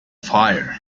fire